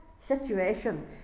situation